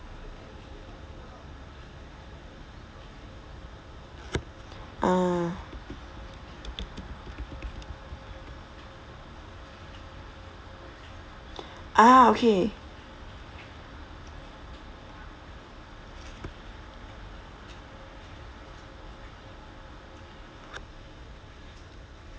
ah ah okay